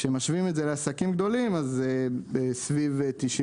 כשמשווים את זה לעסקים גדולים אז זה סביב 93%,